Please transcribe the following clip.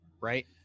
right